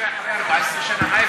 מה יקרה אחרי 14 שנה?